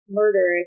murder